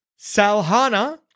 Salhana